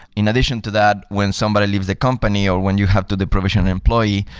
in addition to that, when somebody leaves the company or when you have to de-provision an employee,